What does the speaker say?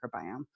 microbiome